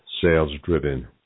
Sales-Driven